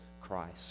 Christ